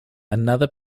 another